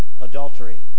adultery